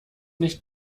nicht